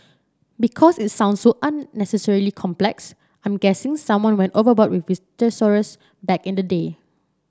because it sounds so unnecessarily complex I'm guessing someone went overboard with his thesaurus back in the day